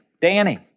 Danny